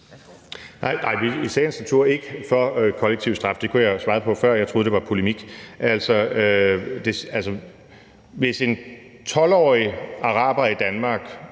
går i sagens natur ikke ind for kollektiv straf. Det kunne jeg have svaret på før, men jeg troede, det var polemik. Hvis en 12-årig araber i Danmark